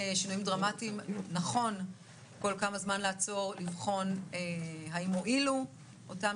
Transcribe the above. נכון לעצור כל כמה זמן ולבחון האם אותם